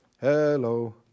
hello